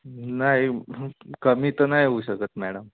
नाही कमी तर नाही होऊ शकत मॅडम